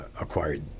acquired